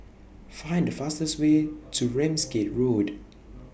Find The fastest Way to Ramsgate Road